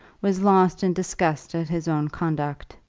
was lost in disgust at his own conduct.